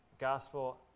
Gospel